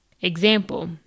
Example